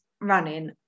running